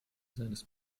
seines